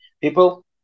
people